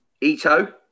ito